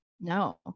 no